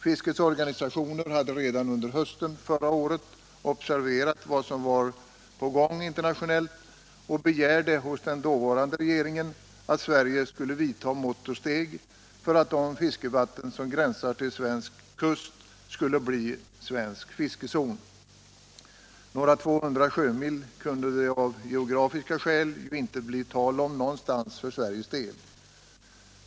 Fiskets organisationer hade redan under hösten förra året observerat vad som var på gång internationellt och begärde hos dåvarande regeringen att Sverige skulle vidta mått och steg för att de fiskevatten som gränsar till svensk kust skulle bli svensk fiskezon. Några 200 sjömil kunde det av geografiska skäl inte bli tal om någonstans för Sveriges del.